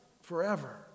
forever